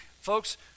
folks